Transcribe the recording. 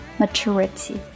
maturity